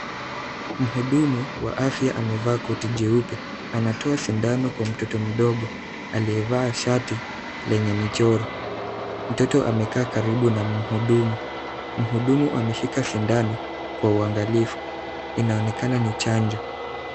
Mhudumu wa afya amevaa koti jeupe. Anatoa sindano kwa mtoto mdogo aliyevaa shati lenye michoro. Mtoto amekaa karibu na mhudumu, mhudumu ameshika sindano kwa uangalifu. Inaonekana ni chanjo.